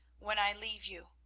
when i leave you,